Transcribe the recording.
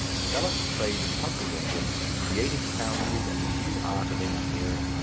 developed a trade in pumping engines, created foundries and a new art of engineering,